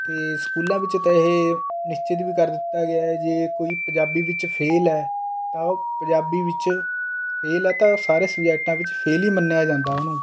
ਅਤੇ ਸਕੂਲਾਂ ਵਿੱਚ ਤਾਂ ਇਹ ਨਿਸ਼ਚਿਤ ਵੀ ਕਰ ਦਿੱਤਾ ਗਿਆ ਹੈ ਜੇ ਕੋਈ ਪੰਜਾਬੀ ਵਿੱਚ ਫੇਲ੍ਹ ਹੈ ਤਾਂ ਉਹ ਪੰਜਾਬੀ ਵਿੱਚ ਫੇਲ੍ਹ ਹੈ ਤਾਂ ਉਹ ਸਾਰੇ ਸਬਜੈਕਟਾਂ ਵਿੱਚ ਫੇਲ੍ਹ ਹੀ ਮੰਨਿਆ ਜਾਂਦਾ ਉਹਨੂੰ